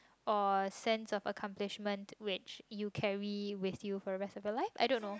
or sense of accomplishment which you carry with you for rest of your life I don't know